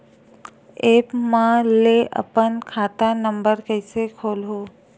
App म ले अपन खाता नम्बर कइसे खोलहु?